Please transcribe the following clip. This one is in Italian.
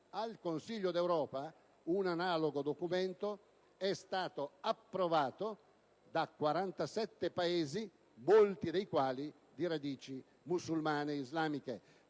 Al Consiglio d'Europa, invece, un analogo documento è stato approvato da 47 Paesi, molti dei quali di radici musulmane e islamiche.